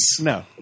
No